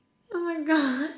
oh my God